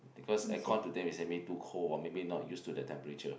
because air con to them is maybe too cold or maybe not used to the temperature